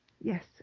Yes